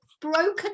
broken